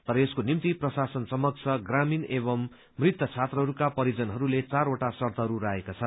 तर यसको निम्ति प्रशासन समक्ष प्रामीण एवं मृत छात्रहस्का परिजनहस्ले चारवटा शर्तहरू राखेका छन्